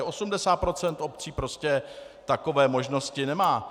80 % obcí prostě takové možnosti nemá.